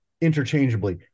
interchangeably